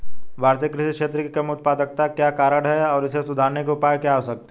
भारतीय कृषि क्षेत्र की कम उत्पादकता के क्या कारण हैं और इसे सुधारने के उपाय क्या हो सकते हैं?